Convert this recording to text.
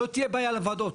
לא תהיה בעיה לוועדות.